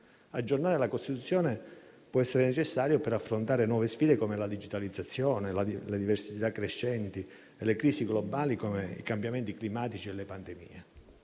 Aggiornare la Costituzione può essere necessario per affrontare nuove sfide, come la digitalizzazione, le diversità crescenti e le crisi globali, come i cambiamenti climatici e le pandemie.